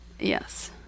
Yes